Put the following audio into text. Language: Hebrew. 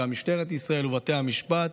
גם משטרת ישראל ובתי המשפט,